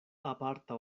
aparta